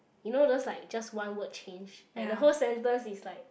you know those like just one word change like the whole sentence is like